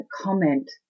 comment